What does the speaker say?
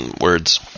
words